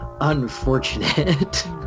unfortunate